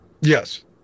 Yes